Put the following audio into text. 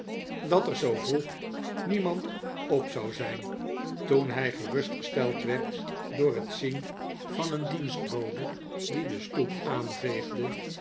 dat er zoo vroeg niemand op zou zijn toen hij gerustgesteld werd door het zien van een dienstbode die de stoep aanveegde